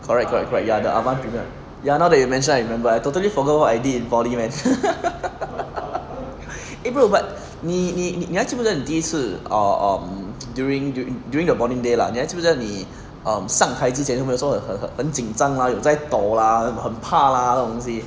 correct correct correct ya the avon premier ya now that you mention I remember I totally forgot what I did in poly man eh bro but 你你你还记不记得你第一次 err um during during the bonding day lah 你还记不记得你 um 上台之前有没有说很很很紧张 lah 有在斗 lah 很怕 lah 这种东西